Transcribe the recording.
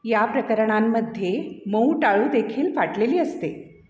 या प्रकरणांमध्ये मऊ टाळू देखील फाटलेली असते